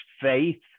faith